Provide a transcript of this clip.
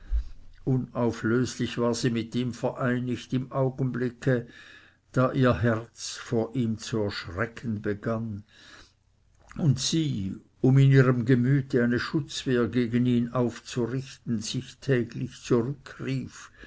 unauflöslich war sie mit ihm vereinigt im augenblicke da ihr herz vor ihm zu erschrecken begann und sie um in ihrem gemüte eine schutzwehr gegen ihn aufzurichten sich täglich zurückrief